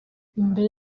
mbere